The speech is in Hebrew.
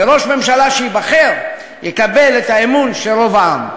וראש הממשלה שייבחר יקבל את האמון של רוב העם.